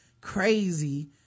crazy